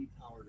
power